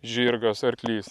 žirgas arklys